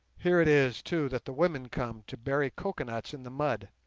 here it is, too, that the women come to bury coconuts in the mud,